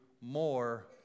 more